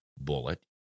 bullet